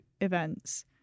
events